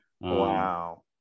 wow